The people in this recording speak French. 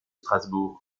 strasbourg